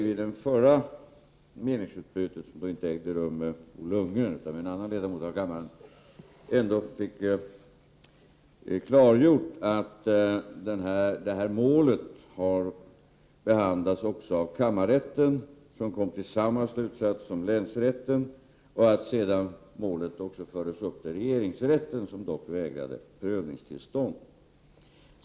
Vid det förra meningsutbytet — som i och för sig inte ägde rum med Bo Lundgren, utan med en annan ledamot av kammaren — klargjordes att målet har behandlats av kammarrätten, som kom till samma slutsats som länsrätten. Målet har också förts upp till regeringsrätten, som dock vägrade prövningstillstånd.